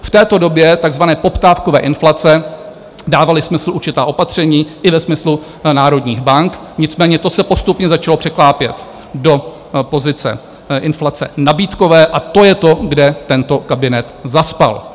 V této době takzvané poptávkové inflace dávala smysl určitá opatření i ve smyslu národních bank, nicméně to se postupně začalo překlápět do pozice inflace nabídkové, a to je to, kde tento kabinet zaspal.